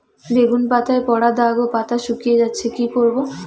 বেগুন পাতায় পড়া দাগ ও পাতা শুকিয়ে যাচ্ছে কি করব?